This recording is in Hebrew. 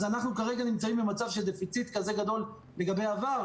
אז אנחנו כרגע נמצאים במצב של דפיציט גדול לגבי העבר,